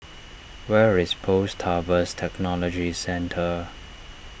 where is Post Harvest Technology Centre